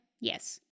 Yes